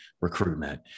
recruitment